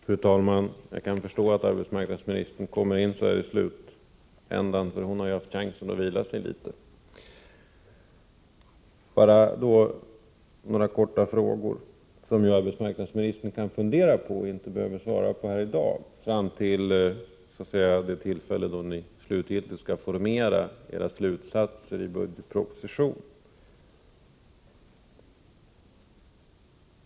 Fru talman! Jag kan förstå att arbetsmarknadsministern kommer in så här i slutändan. Hon har ju haft chansen att vila sig litet. Jag vill bara ställa några korta frågor, som arbetsmarknadsministern inte behöver svara på här i dag utan kan fundera på fram till det tillfälle då ni slutgiltigt skall formulera era slutsatser i budgetpropositionen.